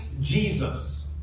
Jesus